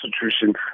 constitution